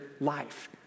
life